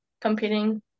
competing